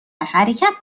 حرکت